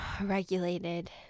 regulated